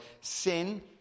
sin